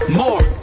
more